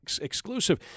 exclusive